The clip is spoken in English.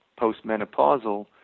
postmenopausal